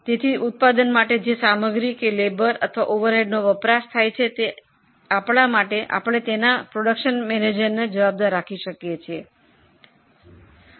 તેથી ઉત્પાદન માટે જે માલ સામાન મજુર અથવા ઓવરહેડનો વપરાશ થાય છે તે માટે પ્રોડક્શન મેનેજર જવાબદાર છે